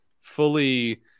fully